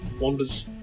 wanders